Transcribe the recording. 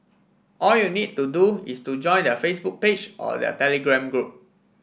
all you need to do is to join their Facebook page or their Telegram group